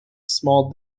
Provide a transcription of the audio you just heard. small